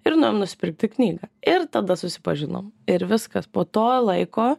ir nuėjom nusipirkti knygą ir tada susipažinom ir viskas po to laiko